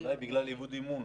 אולי בגלל איבוד אמון.